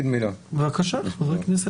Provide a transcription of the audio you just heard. בבקשה, חבר הכנסת